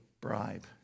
bribe